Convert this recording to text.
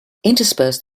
interspersed